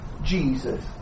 Jesus